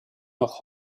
noch